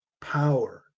power